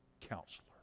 counselor